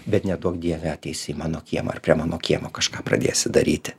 bet neduok dieve ateis į mano kiemą ar prie mano kiemo kažką pradėsi daryti